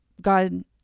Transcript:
God